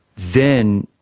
then,